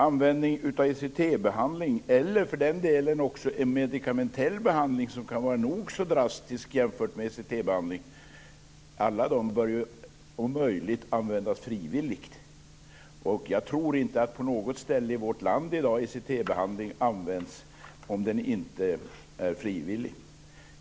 Användning av ECT-behandling eller, för den delen, också en medikamentell behandling som kan vara nog så drastisk jämfört med ECT behandling bör om möjligt ske frivilligt. Jag tror inte att ECT-behandling på något ställe i vårt land i dag används om den inte är frivillig.